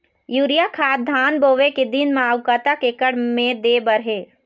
Urea खाद धान बोवे के दिन म अऊ कतक एकड़ मे दे बर हे?